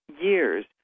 years